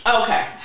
Okay